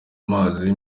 amazi